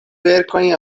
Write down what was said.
verkojn